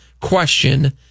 question